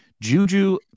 Juju